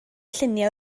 lluniau